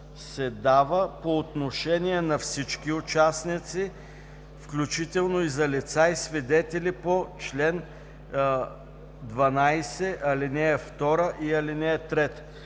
се дава по отношение на всички участници, включително и за лица, и свидетели по чл. 12, ал. 2 и ал.